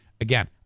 Again